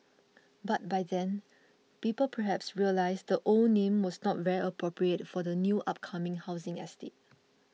but by then people perhaps realised the old name was not very appropriate for the new upcoming housing estate